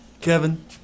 Kevin